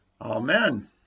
Amen